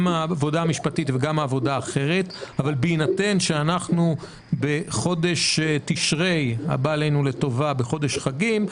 אבל בהינתן שאנחנו בחודש תשרי, בחודש חגים,